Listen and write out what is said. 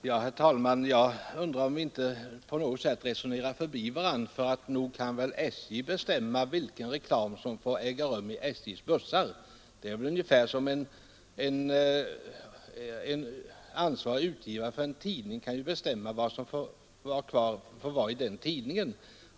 Herr talman! Jag undrar om vi inte på något sätt resonerar förbi varandra. Nog kan väl SJ bestämma vilken reklam som får förekomma i SJ:s bussar, på samma sätt som en ansvarig utgivare för en tidning kan bestämma vad som får införas i hans tidning.